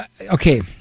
okay